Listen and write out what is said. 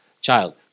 child